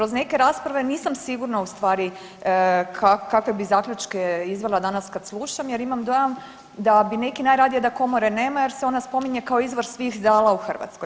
Kroz neke rasprave nisam sigurna u stvari kakve bi zaključke izvela danas kad slušam, jer imam dojam da bi neki najradije da Komore nema jer se ona spominje kao izvor svih zala u Hrvatskoj.